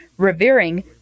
Revering